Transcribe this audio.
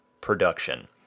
production